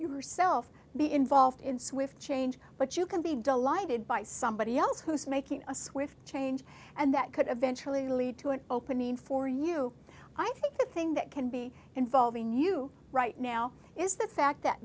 yourself be involved in swift change but you can be delighted by somebody else who's making a swift change and that could eventually lead to an opening for you i think the thing that can be involving you right now is the fact that